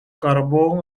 carbón